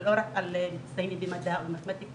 לא רק על מצטיינים במדע או במתמטיקה.